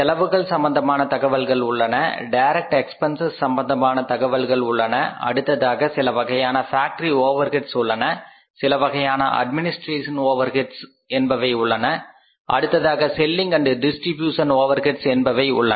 செலவுகள் சம்பந்தமான தகவல்கள் உள்ளன டைரக்ட் எக்பென்சஸ் சம்பந்தமான தகவல்கள் நமக்கு உள்ளன அடுத்ததாக சிலவகையான ஃபேக்டரி ஓவர் ஹெட்ஸ் உள்ளன சிலவகையான அட்மினிஸ்ட்ரேஷன் ஓவர் ஹெட்ஸ் உள்ளன அடுத்ததாக selling and distribution overheads Selling Distribution overheads என்பவை உள்ளன